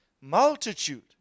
multitude